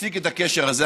הפסיק את הקשר הזה.